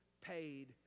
paid